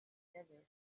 desert